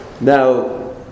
Now